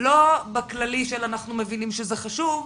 לא של אנחנו מבינים שזה חשוב,